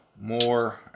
more